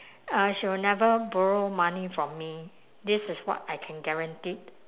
uh she will never borrow money from me this is what I can guaranteed